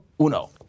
uno